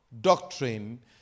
doctrine